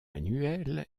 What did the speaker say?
annuelle